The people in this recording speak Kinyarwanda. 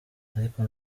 ariko